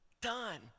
done